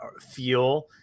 feel